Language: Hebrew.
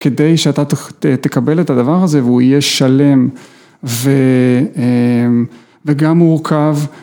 ‫כדי שאתה תקבל את הדבר הזה ‫והוא יהיה שלם וגם מורכב.